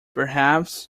perhaps